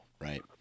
Right